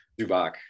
Zubak